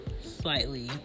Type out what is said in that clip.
slightly